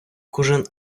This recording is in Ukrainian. кожен